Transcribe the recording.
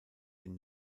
den